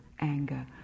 anger